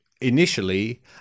initially